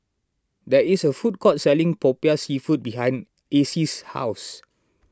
there is a food court selling Popiah Seafood behind Acy's house